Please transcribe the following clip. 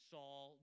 Saul